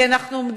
כי אנחנו עומדים,